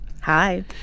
Hi